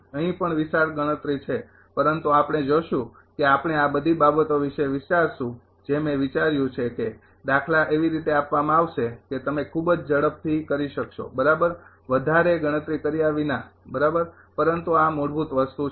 અહીં પણ વિશાળ ગણતરી છે પરંતુ આપણે જોશું કે આપણે આ બધી બાબતો વિશે વિચારીશું જે મેં વિચાર્યું છે કે દાખલા એવી રીતે આપવામાં આવશે કે તમે ખૂબ જ ઝડપથી કરી શકશો બરાબર વધારે ગણતરી કર્યા વિના બરાબર પરંતુ આ મૂળભૂત વસ્તુ છે